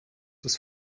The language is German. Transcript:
das